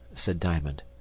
said diamond.